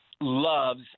loves